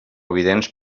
evidents